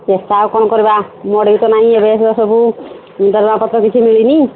ବେପାର କ'ଣ କରିବା ଏବେ ତ ସବୁ ଦରମା ପତ୍ର କିଛି ମିଳିନି